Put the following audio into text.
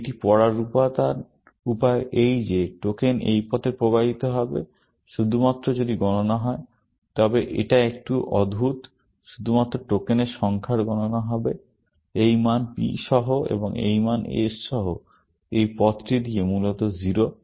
এইটি পড়ার উপায় এই যে টোকেন এই পথে প্রবাহিত হবে শুধুমাত্র যদি গণনা হয় এখন এটা একটু অদ্ভুত শুধুমাত্র টোকেনের সংখ্যার গণনা হবে এই মান P সহ এবং এই মান S সহ এই পথটি দিয়ে মূলত 0